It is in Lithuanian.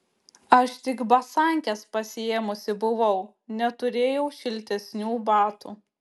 aš tik basankes pasiėmusi buvau neturėjau šiltesnių batų